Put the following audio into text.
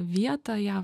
vietą ją